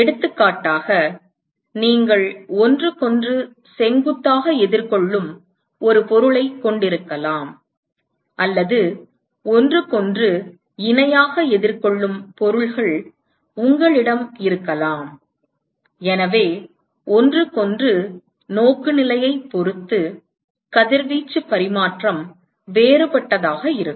எடுத்துக்காட்டாக நீங்கள் ஒன்றுக்கொன்று செங்குத்தாக எதிர்கொள்ளும் ஒரு பொருளைக் கொண்டிருக்கலாம் அல்லது ஒன்றுக்கொன்று இணையாக எதிர்கொள்ளும் பொருள்கள் உங்களிடம் இருக்கலாம் எனவே ஒன்றுக்கொன்று நோக்குநிலையைப் பொறுத்து கதிர்வீச்சு பரிமாற்றம் வேறுபட்டதாக இருக்கும்